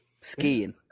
Skiing